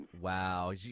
Wow